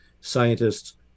scientists